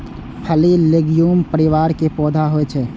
फली लैग्यूम परिवार के पौधा होइ छै